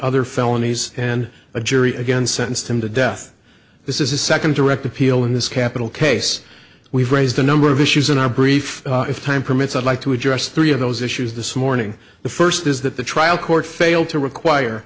other felonies and a jury again sentenced him to death this is his second direct appeal in this capital case we've raised a number of issues in our brief if time permits i'd like to address three of those issues this morning the first is that the trial court failed to require